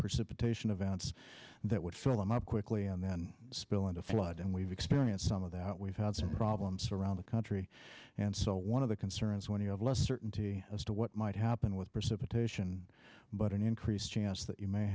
petition events that would fill them up quickly and then spill into flood and we've experienced some of that we've had some problems around the country and so one of the concerns when you have less certainty as to what might happen with precipitation but an increased chance that you may